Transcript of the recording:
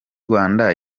rwanda